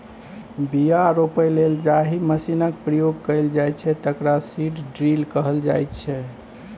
बीया रोपय लेल जाहि मशीनक प्रयोग कएल जाइ छै तकरा सीड ड्रील कहल जाइ छै